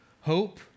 hope